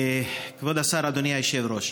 כבוד השר, אדוני היושב-ראש,